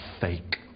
fake